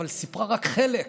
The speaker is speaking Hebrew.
אבל סיפרה רק חלק,